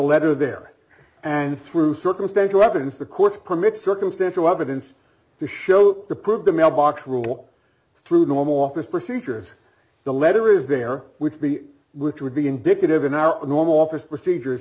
letter there and through circumstantial evidence the courts permit circumstantial evidence to show or prove the mailbox rule through the home office procedures the letter is there would be which would be indicative in our normal office procedures